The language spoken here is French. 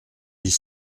dix